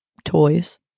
toys